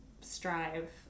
strive